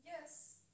Yes